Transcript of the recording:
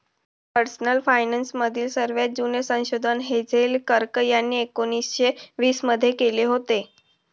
personal finance मधील सर्वात जुने संशोधन हेझेल कर्क यांनी एकोन्निस्से वीस मध्ये केले होते